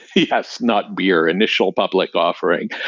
yes, not beer. initial public offering,